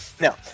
no